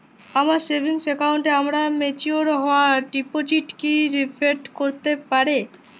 আমার সেভিংস অ্যাকাউন্টে আমার ম্যাচিওর হওয়া ডিপোজিট কি রিফ্লেক্ট করতে পারে?